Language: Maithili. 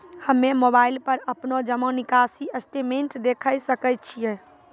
हम्मय मोबाइल पर अपनो जमा निकासी स्टेटमेंट देखय सकय छियै?